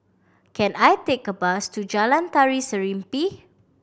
can I take a bus to Jalan Tari Serimpi